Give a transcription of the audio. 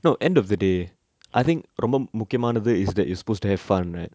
no end of the day I think ரொம்ப முக்கியமானது:romba mukkiyamanathu is that is supposed to have fun right